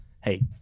Hey